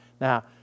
Now